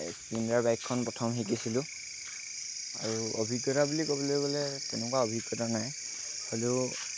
Splendor বাইকখন প্ৰথম শিকিছিলোঁ আৰু অভিজ্ঞতা বুলি ক'বলৈ গ'লে তেনেকুৱা অভিজ্ঞতা নাই হ'লেও